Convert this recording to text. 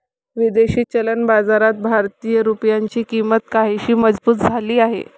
विदेशी चलन बाजारात भारतीय रुपयाची किंमत काहीशी मजबूत झाली आहे